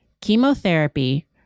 chemotherapy